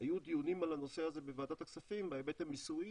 היו דיונים על כל הנושא הזה בוועדת הכספים בהיבט המיסויי